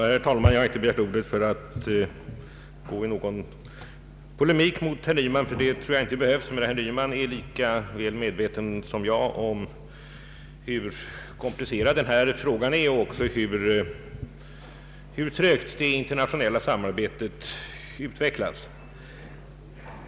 Herr talman! Jag har inte begärt ordet för att gå i någon polemik mot herr Nyman, ty det tror jag inte behövs. Herr Nyman är lika medveten som jag om hur komplicerad den här frågan är och också om hur trögt det internationella samarbetet utvecklas.